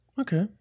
Okay